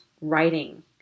writing